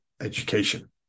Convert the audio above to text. education